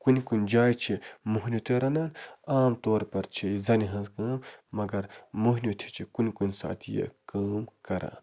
کُنہِ کُنہِ جایہِ چھِ مہنیو تہِ رَنان عام طور پر چھٕ یہِ زَنہِ ہٕنٛز کٲم مگر مہنیو تہِ چھِ کُنہِ کُنہِ ساتہٕ یہِ کٲم کران